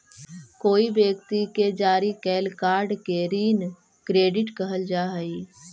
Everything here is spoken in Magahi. कोई व्यक्ति के जारी कैल कार्ड के ऋण क्रेडिट कहल जा हई